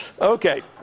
Okay